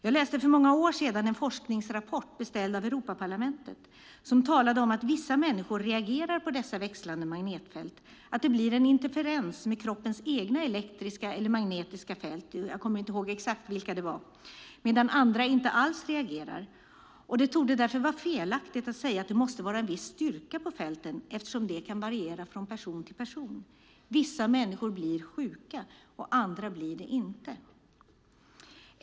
Jag läste för många år sedan en forskningsrapport beställd av Europaparlamentet som talade om att vissa människor reagerar på dessa växlande magnetfält, att det blir en interferens med kroppens egna elektriska eller magnetiska fält - jag minns inte exakt vilka de var - medan andra inte alls reagerar. Det torde därför vara felaktigt att säga att det måste vara en viss styrka på fälten eftersom det kan variera från person till person. Vissa människor blir sjuka, andra blir det inte.